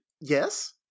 Yes